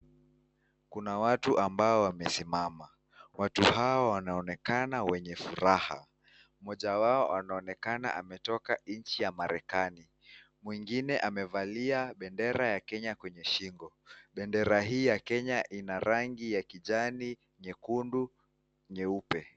Kuna watu ambao wamesimama. Watu hao wanaonekana wenye furaha. Moja wao anaonekana ametoka nchi ya marekani. Mwingine amevalia bendera ya Kenya kwenye shingo. Bendera hii ya Kenya Ina rangi ya kijani, nyekundu , nyeupe.